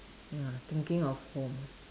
ya thinking of home